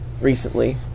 recently